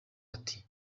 ati